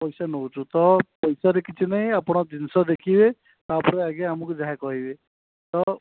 ପଇସା ନେଉଛୁ ତ ପଇସାରେ କିଛି ନାହିଁ ଆପଣ ଜିନିଷ ଦେଖିବେ ତା'ପରେ ଆଜ୍ଞା ଆମକୁ ଯାହା କହିବେ ତ